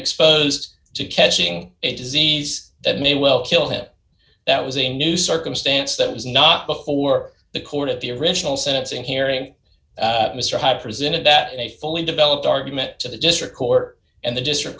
exposed to catching a disease that may well kill him that was a new circumstance that was not before the court of the original sentencing hearing mr hyde presented that they fully developed argument to the district court and the district